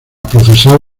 procesar